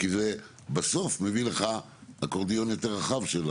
כי זה בסוף מביא לך אקורדיון יותר רחב.